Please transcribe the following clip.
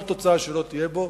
וכל תוצאה שלא תהיה בו,